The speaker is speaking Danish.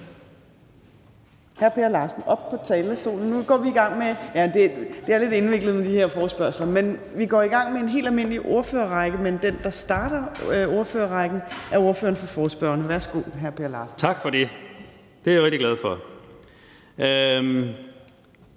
hr. Per Larsen – og det er oppe på talerstolen. Det er lidt indviklet med de her forespørgsler; vi går i gang med en helt almindelig ordførerrække, men den, der starter ordførerrækken, er ordføreren for forespørgerne. Værsgo, hr. Per Larsen. Kl. 13:27 Forhandling (Ordfører